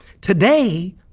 today